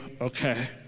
okay